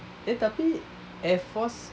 eh tapi air force